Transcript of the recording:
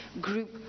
group